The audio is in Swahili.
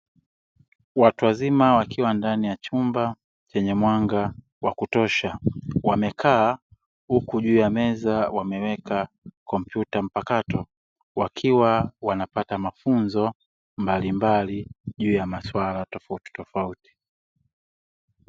Watu wazima wakiwa ndani ya chumba chenye mwanga wa kutosha wamekaa huku juu ya meza wameweka kompyuta mpakato, wakiwa wanapata mafunzo mbalimbali juu ya maswala tofautitofauti.